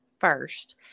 first